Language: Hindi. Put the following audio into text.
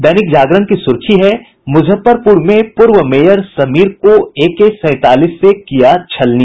दैनिक जागरण की सुर्खी है मुजफ्फरपुर में पूर्व मेयर समीर को एक सैंतालीस से किया छलनी